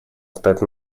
стать